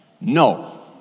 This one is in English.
No